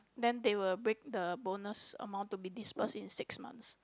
then they will break the bonus amount to be disperse in six months